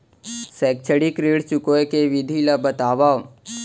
शैक्षिक ऋण चुकाए के विधि ला बतावव